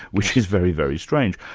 hich is very, very strange.